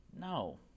no